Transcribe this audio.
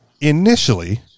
initially